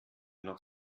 noch